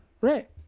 right